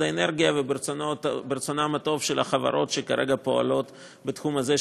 האנרגיה ושל רצונן הטוב של החברות שכרגע פועלות בתחום הזה,